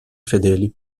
fedeli